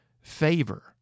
favor